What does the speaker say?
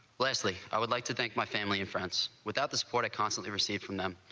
leslie i would like to thank my family in france without the support of constantly received from them,